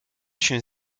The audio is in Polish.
się